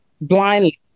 blindly